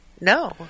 No